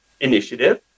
initiative